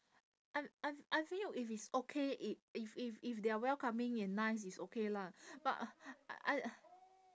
I I I feel if it's okay i~ if if if they're welcoming and nice it's okay lah but uh I